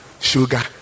sugar